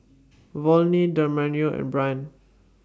Volney Damarion and Brynn